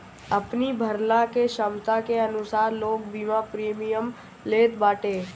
अपनी भरला के छमता के अनुसार लोग बीमा प्रीमियम लेत बाटे